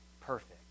Perfect